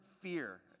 fear